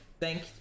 Thank